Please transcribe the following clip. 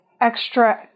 extra